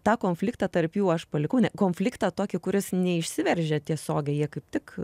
tą konfliktą tarp jų aš palikau ne konfliktą tokį kuris neišsiveržia tiesiogiai jie kaip tik